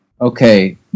okay